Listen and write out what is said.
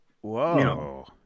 Whoa